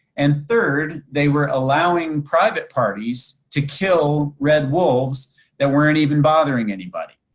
and third, they were allowing private parties to kill red wolves that weren't even bothering anybody.